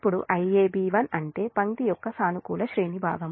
ఇప్పుడు Iab1 అంటే పంక్తి యొక్క సానుకూల శ్రేణి భాగం